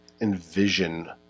envision